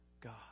God